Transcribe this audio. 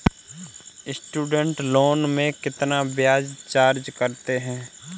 Student loan में कितना ब्याज चार्ज करते हैं?